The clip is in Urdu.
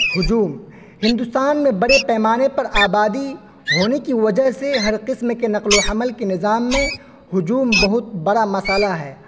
ہجوم ہندوستان میں بڑے پیمانے پر آبادی ہونے کی وجہ سے ہر قسم کے نقل و حمل کے نظام میں ہجوم بہت بڑا مسئلہ ہے